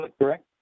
correct